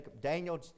Daniel